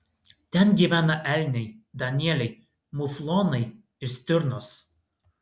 ten gyvena elniai danieliai muflonai ir stirnos